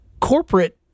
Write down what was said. corporate